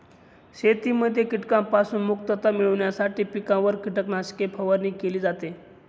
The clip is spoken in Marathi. शेतीमध्ये कीटकांपासून मुक्तता मिळविण्यासाठी पिकांवर कीटकनाशके फवारणी केली जाते